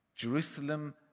Jerusalem